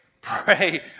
pray